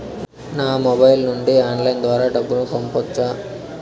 నా మొబైల్ నుండి ఆన్లైన్ ద్వారా డబ్బును పంపొచ్చా